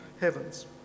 heavens